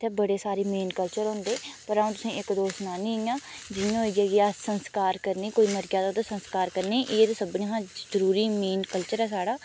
ते बड़े सारे मेन कल्चर होंदे पर अ'ऊं तुसेंगी इक दौ सनानी इ'यां जियां होई गेआ संस्कार करने कोई मरी जा ते ओह्दे संस्कार करने एह् तां सभनें कशा जरूरी मेन कल्चर ऐ साढ़ा